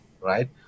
right